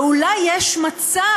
ואולי יש מצב,